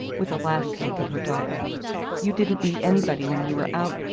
with a last look at her daughter you didn't meet anybody when you were out,